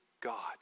God